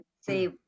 say